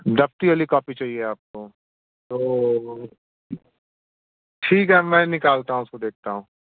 दफ्ती वाली कॉपी चाहिए आपको तो ठीक है मैं निकालता हूँ उसको देखता हूँ